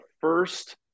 first